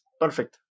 Perfect